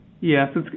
Yes